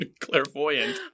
clairvoyant